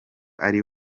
ari